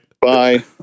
bye